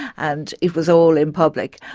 and it was all in public.